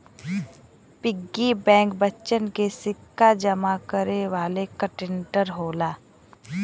piggy bank बच्चन के सिक्का जमा करे वाला कंटेनर होला